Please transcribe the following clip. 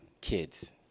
kids